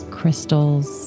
crystals